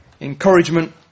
encouragement